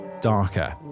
darker